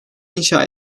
inşa